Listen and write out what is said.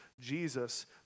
Jesus